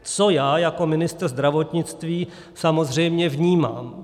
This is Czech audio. Co já jako ministr zdravotnictví samozřejmě vnímám?